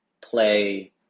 play